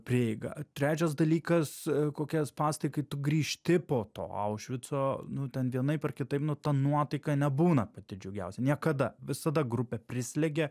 prieiga trečias dalykas kokie spąstai kai tu grįžti po to aušvico nu ten vienaip ar kitaip nu ta nuotaika nebūna pati džiugiausia niekada visada grupę prislegia